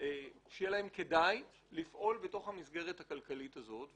כדאי לפעול בתוך המסגרת הכלכלית הזאת.